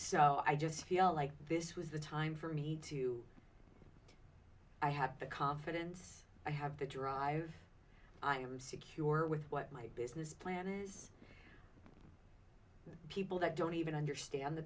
so i just feel like this was the time for me to i have the confidence i have the drive i am secure with my business plan and people that don't even understand the